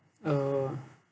oh